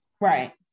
right